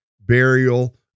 burial